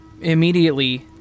Immediately